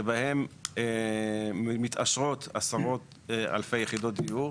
שבה מתעשרות עשרות אלפי יחידות דיור,